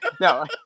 No